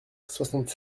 soixante